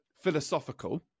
philosophical